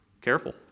careful